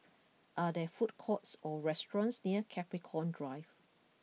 are there food courts or restaurants near Capricorn Drive